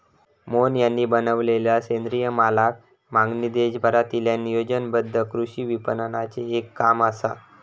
मोहन यांनी बनवलेलला सेंद्रिय मालाक मागणी देशभरातील्या नियोजनबद्ध कृषी विपणनाचे एक काम असा